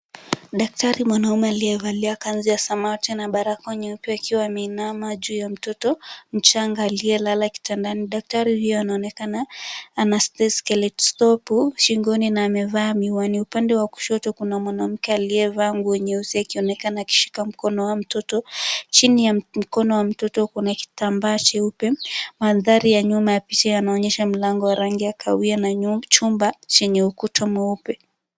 Daktari mwanaume aliyevalia kanzu ya samawati na barakoa nyeupe akiwa ameinama juu ya mtoto mchanga aliyelala kitandani. Daktari huyu anaonekana ana stethoscope shingoni na amevaa miwani. Upande wa kushoto kuna mwanamke aliyevaa nguo nyeusi akionekana akishika mkono wa mtoto. Chini ya mkono wa mtoto, kuna kitambaa cheupe. Mandhari ya nyuma ya picha yanaonyesha mlango wa rangi ya kahawia na chumba chenye ukuta mweupe.